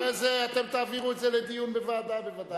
ואחרי זה אתם תעבירו את זה לדיון בוועדה בוודאי.